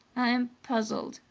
i am puzzled,